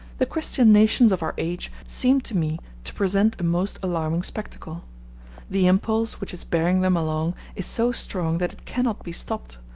the christian nations of our age seem to me to present a most alarming spectacle the impulse which is bearing them along is so strong that it cannot be stopped,